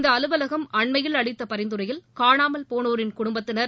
இந்த அலுவலகம் அண்மையில் அளித்த பரிந்துரையில் காணாமல்போனோரின் குடும்பத்தினர்